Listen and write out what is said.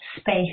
space